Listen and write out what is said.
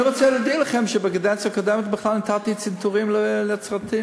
אני רוצה להודיע לכם שבקדנציה הקודמת בכלל נתתי צנתורים לנצרת,